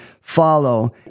follow